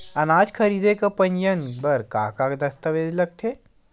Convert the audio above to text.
अनाज खरीदे के पंजीयन बर का का दस्तावेज लगथे?